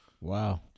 Wow